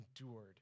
endured